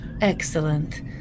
Excellent